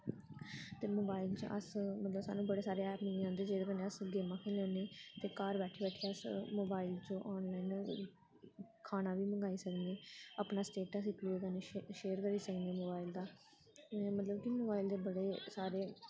ते मोबाइल च अस मतलब सानूं बड़े सारे ऐप मिली जंदे जेह्दे कन्नै अस गेमां खेलने ते घर बैठियै अस मोबाइल च आनलाइन खाना बी मंगाई सकनें अपना स्टेटस इक दूए कन्नै शेयर करी सकनें मोबाइल दा मतलब कि मोबाइल दे बड़े सारे